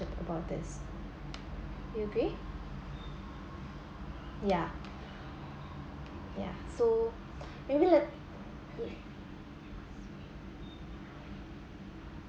about this you agree ya ya so maybe let